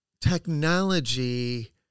technology